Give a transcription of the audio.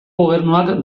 gobernuak